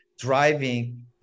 driving